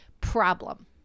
Problem